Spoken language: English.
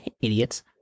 Idiots